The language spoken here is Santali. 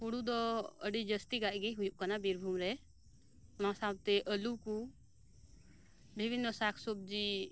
ᱦᱩᱲᱩ ᱫᱚ ᱟᱹᱰᱤ ᱡᱟᱹᱥᱛᱤᱠᱟᱭᱜᱮ ᱦᱩᱭᱩᱜ ᱠᱟᱱᱟ ᱵᱤᱨᱵᱷᱩᱢ ᱨᱮ ᱚᱱᱟ ᱥᱟᱶᱛᱮ ᱟᱹᱞᱩ ᱠᱚ ᱵᱤᱵᱷᱤᱱᱚ ᱥᱟᱠ ᱥᱚᱵᱡᱤ